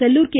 Sellur K